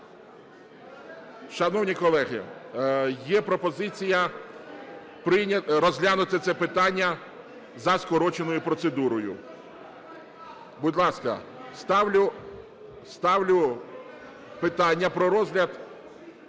Шановні колеги, є пропозиція розглянути це питання за скороченою процедурою. Будь ласка, ставлю питання про розгляд